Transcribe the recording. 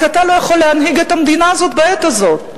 רק אתה לא יכול להנהיג את המדינה הזאת בעת הזאת.